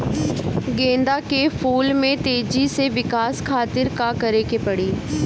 गेंदा के फूल में तेजी से विकास खातिर का करे के पड़ी?